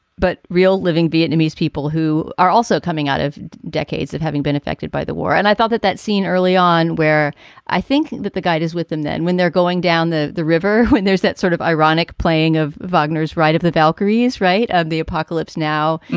but real living vietnamese people who are also coming out of decades of having been affected by the war. and i thought that that scene early on where i think that the guide is with them, then when they're going down the the river, and there's that sort of ironic playing of vonda's ride of the valkyries, right. of the apocalypse now.